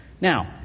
Now